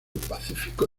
pacífico